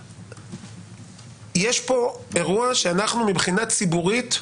יש פה אירוע שאנחנו מבחינה ציבורית,